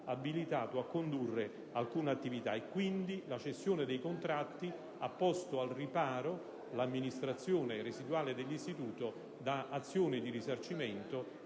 abilitato a condurre alcuna attività. La cessione dei contratti ha posto al riparo l'amministrazione residuale dell'istituto da azioni di risarcimento